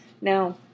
Now